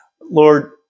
Lord